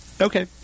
okay